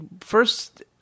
First